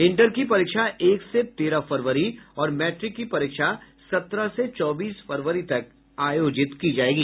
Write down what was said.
inter की परीक्षा एक से तेरह फरवरी और मैट्रिक की परीक्षा सत्रह से चौबीस फरवरी तक आयोजित की जायेगी